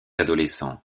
adolescents